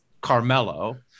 Carmelo